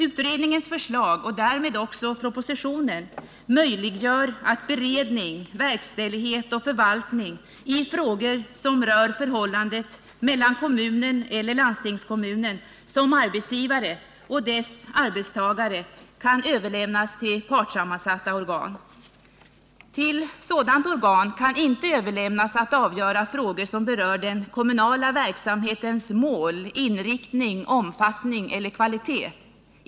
Utredningens förslag och därmed också propositionen möjliggör att beredning, verkställighet och förvaltning i frågor som rör förhållandet mellan kommunen eller landstingskommunen som arbetsgivare och dess arbetstagare kan överlämnas till partssammansatta organ. Till sådant organ kan inte överlämnas att avgöra frågor som berör den kommunala verksamhetens mål, inriktning, omfattning eller kvalitet.